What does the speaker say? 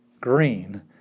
green